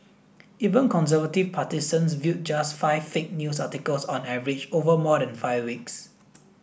even conservative partisans viewed just five fake news articles on average over more than five weeks